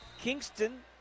Kingston